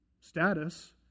Status